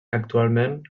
actualment